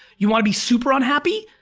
you wanna be super unhappy?